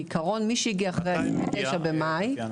כעיקרון מי שהגיע עד התאריך ה-29 מאי.